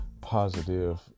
positive